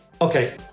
Okay